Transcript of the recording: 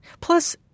Plus